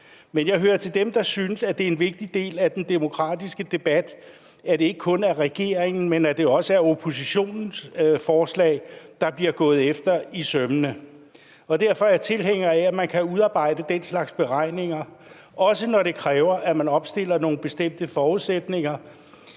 men jeg hører til dem, der synes, at det er en vigtig del af den demokratiske debat, at det ikke kun er regeringens, men også oppositionens forslag, der bliver gået efter i sømmene. Derfor er jeg tilhænger af, at man kan udarbejde den slags beregninger, også når det kræver, at man opstiller nogle bestemte forudsætninger,